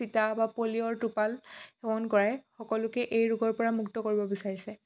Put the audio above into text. চিটা বা পলিঅ'ৰ টোপাল সেৱন কৰাই সকলোকে এই ৰোগৰ পৰা মুক্ত কৰিব বিচাৰিছে